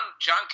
john